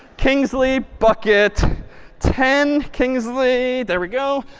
kingsley bucket ten. kingsley, there we go.